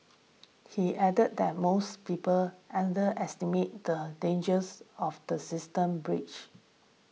he added that most people underestimate the dangers of the systems breached